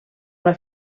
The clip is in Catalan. una